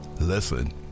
Listen